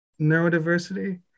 neurodiversity